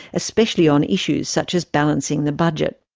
especially on issues such as balancing the budget.